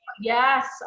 Yes